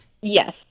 Yes